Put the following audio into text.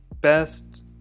best